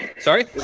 Sorry